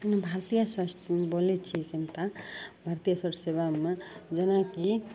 भारतीय स्वास्थ्यमे बोलै छिए कि भारतीय स्वास्थ्य सेवामे जेनाकि